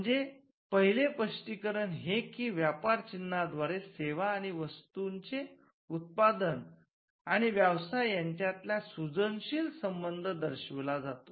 म्हणजे पहिले स्प्ष्टीकरण हे की व्यापार चिन्ह द्वारे सेवा आणि वस्तूचे उत्पादन आणि व्यवसाय यांच्यातला सृजनशील संबन्ध दर्शविला जातो